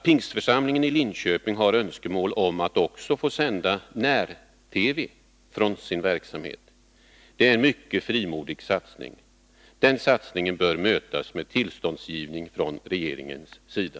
Pingstförsamlingen i Linköping har önskemål om att också få sända när-TV från sin verksamhet. Det är en mycket frimodig satsning. Den satsningen bör mötas med tillståndsgivning från regeringens sida.